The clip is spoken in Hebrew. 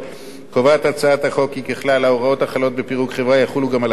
קובעת הצעת החוק כי ככלל ההוראות החלות בפירוק חברה יחולו גם על הבראתה,